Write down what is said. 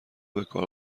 بکار